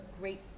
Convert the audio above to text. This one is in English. great